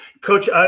Coach